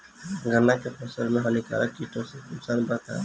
गन्ना के फसल मे हानिकारक किटो से नुकसान बा का?